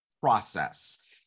process